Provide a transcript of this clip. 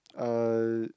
uh